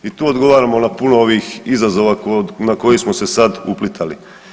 I tu odgovaramo na puno ovih izazova na koje smo se sad uplitali.